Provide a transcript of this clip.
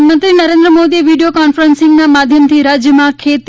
પ્રધાનમંત્રી નરેન્દ્ર મોદી એ video conferencing માધ્યમથી રાજ્યમાં ખેતી